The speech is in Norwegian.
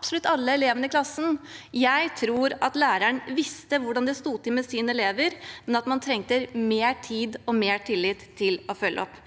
Jeg tror at læreren visste hvordan det sto til med sine elever, men at man trengte mer tid og mer tillit til å følge opp.